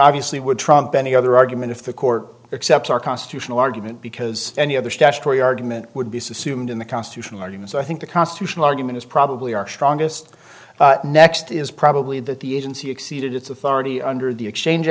obviously would trump any other argument if the court accepts our constitutional argument because any other statutory argument would be sassoon in the constitutional arguments i think the constitutional argument is probably our strongest next is probably that the agency exceeded its authority under the exchange